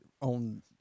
on